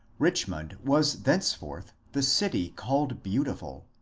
richmond was thenceforth the city called beautiful,